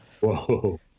Whoa